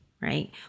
Right